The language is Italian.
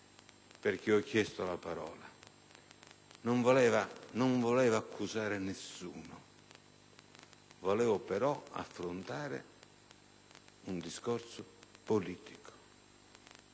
perché ho chiesto la parola. Non volevo accusare nessuno, ma affrontare un discorso politico